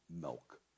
milk